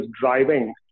driving